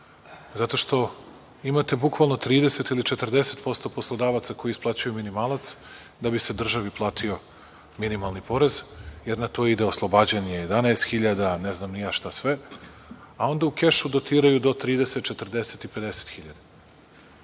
Zato što imate bukvalno 30 ili 40 posto poslodavaca koji isplaćuju minimalac da bi se državi platio minimalni porez jer na to ide oslobađanje 11 hiljada, ne znam ni ja šta sve, a onda u kešu dotiraju do 30, 40 i 50